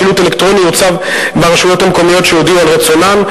שילוט אלקטרוני יוצב ברשויות המקומיות שהודיעו על רצונן,